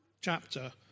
chapter